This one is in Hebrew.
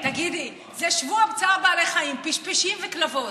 תגידי, זה שבוע צער בעלי חיים, פשפשים וכלבות.